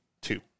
Two